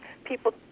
people